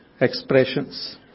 expressions